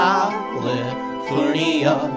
California